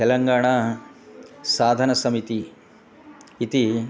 तेलङ्गाणा साधनसमिति इति